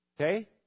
Okay